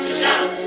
shout